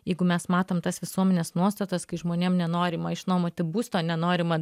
jeigu mes matom tas visuomenės nuostatas kai žmonėm nenorima išnuomoti būsto nenorima